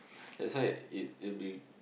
that's why it it will be